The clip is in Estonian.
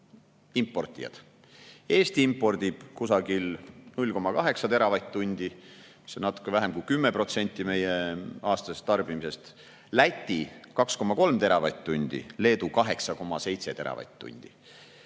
importijad. Eesti impordib kusagil 0,8 teravatt-tundi, mis on natuke vähem kui 10% meie aastasest tarbimisest, Läti [impordib] 2,3 teravatt-tundi, Leedu 8,7 teravatt-tundi.